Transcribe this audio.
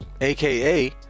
aka